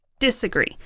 Disagree